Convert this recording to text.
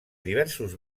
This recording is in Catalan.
diversos